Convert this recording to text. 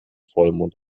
vollmond